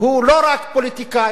הוא לא רק פוליטיקאי.